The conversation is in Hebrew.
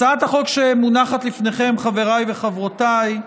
הצעת החוק שמונחת לפניכם, חבריי וחברותיי,